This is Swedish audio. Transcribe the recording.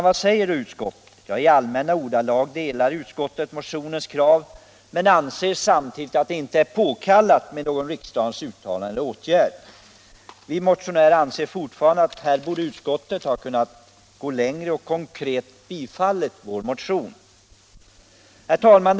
Vad säger då utskottet? I allmänna ordalag ansluter sig utskottet till motionens krav men anser samtidigt att det inte är påkallat med något riksdagens uttalande. Vi motionärer anser fortfarande att utskottet borde ha kunnat gå längre och tillstyrkt vår motion. Herr talman!